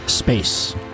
Space